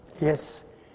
Yes